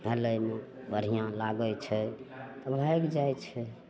हेलयमे बढ़िआँ लागय छै भागि जाइ छै